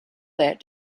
that